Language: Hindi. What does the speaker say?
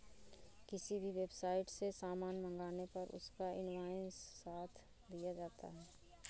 किसी भी वेबसाईट से सामान मंगाने पर उसका इन्वॉइस साथ दिया जाता है